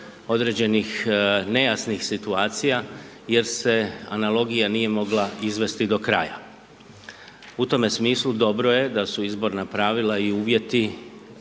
određenih nejasnih situacija, jer se analogija mogla izvesti do kraja. U tome smislu dobro je da su izborna pravila i uvjeti